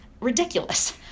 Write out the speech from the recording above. ridiculous